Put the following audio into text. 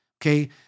okay